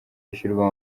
yishyurwa